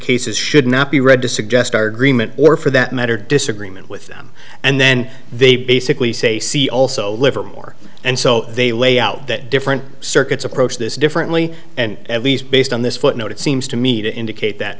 cases should not be read to suggest are greenman or for that matter disagreement with them and then they basically say see also livermore and so they lay out that different circuits approach this differently and at least based on this footnote it's seems to me to indicate that